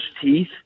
teeth